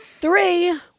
Three